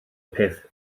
peth